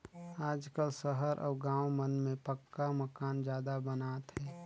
आजकाल सहर अउ गाँव मन में पक्का मकान जादा बनात हे